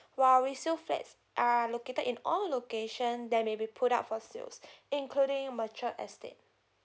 while resale flats are located in all location then may be put up for sales including mature estate